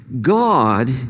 God